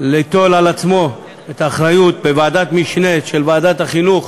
ליטול על עצמו את האחריות בוועדת משנה של ועדת החינוך,